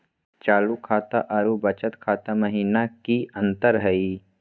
चालू खाता अरू बचत खाता महिना की अंतर हई?